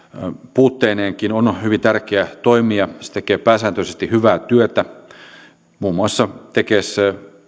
puutteineenkin on hyvin tärkeä toimija se tekee pääsääntöisesti hyvää työtä muun muassa tekes